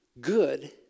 good